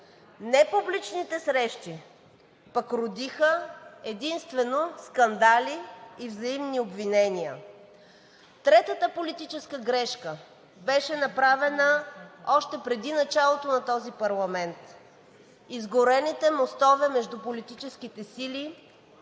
Непубличните срещи пък родиха единствено скандали и взаимни обвинения. Третата политическа грешка беше направена още преди началото на този парламент. Изгорените мостове между политическите сили,